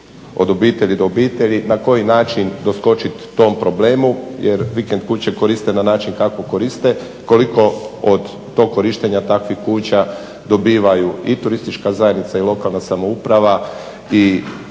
od obitelji do obitelji, na koji način doskočiti tom problemu jer vikend kuće koriste na način kako koriste, koliko od tog korištenja takvih kuća dobivaju i turistička zajednica i lokalna samouprava i čitava zajednica